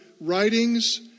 writings